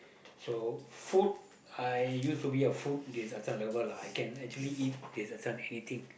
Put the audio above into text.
so food I used to be a food this uh this one lover lah I can actually eat this uh this one anything